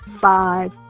five